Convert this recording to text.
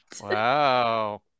Wow